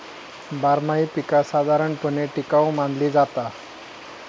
बारमाही पीका साधारणपणे टिकाऊ मानली जाता